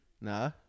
nah